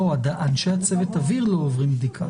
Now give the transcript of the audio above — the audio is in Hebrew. אנשי צוות האוויר לא עוברים בדיקה,